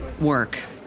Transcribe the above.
work